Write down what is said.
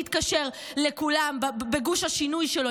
להתקשר לכולם בגוש השינוי שלו,